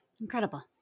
Incredible